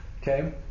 Okay